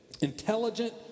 intelligent